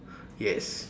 yes